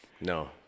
No